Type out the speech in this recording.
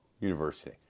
University